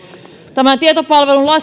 tämän tietopalvelun